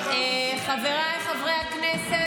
חבריי חברי הכנסת,